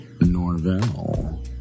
Norvell